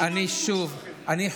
זה יותר אירוע